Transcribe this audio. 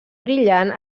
brillant